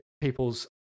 people's